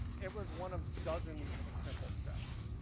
it was one of dozens of simple steps.